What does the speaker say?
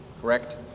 Correct